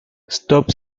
stop